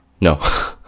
no